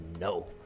No